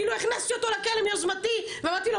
כאילו הכנסתי אותו לכלא מיוזמתי ואמרתי לו,